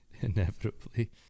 Inevitably